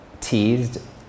teased